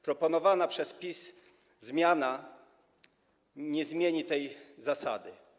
Proponowana przez PiS zmiana nie zmieni tej sytuacji.